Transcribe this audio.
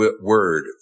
word